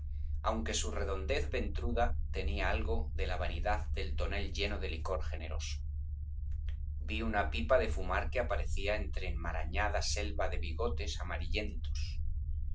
aunque su redondez ventruda tenía algo de la vanidad del tonel lleno de licor generoso vi una pipa de fumar que aparecía entre enmarañada selva de bigotes amarillentos